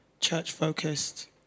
church-focused